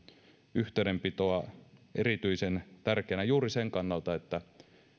yhteydenpitoa erityisen tärkeänä juuri sen kannalta että